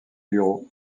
bureaux